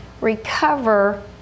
Recover